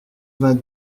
vingt